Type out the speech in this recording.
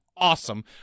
Awesome